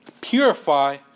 purify